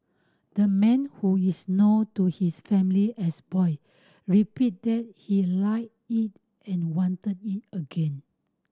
the man who is known to his family as Boy replied he liked it and wanted it again